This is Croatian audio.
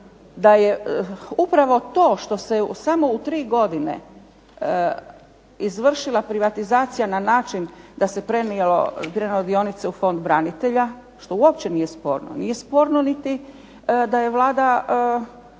da je upravo to što se samo u tri godine izvršila privatizacija na način da se prenijelo dionice u Fond branitelja, što uopće nije sporno. Nije sporno niti da je Vlada